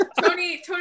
Tony